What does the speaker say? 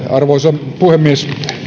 arvoisa puhemies